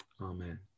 Amen